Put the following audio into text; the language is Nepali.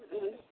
उम्म